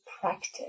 practice